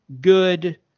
good